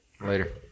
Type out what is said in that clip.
Later